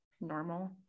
normal